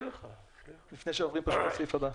לפני שעוברים לסעיף הבא.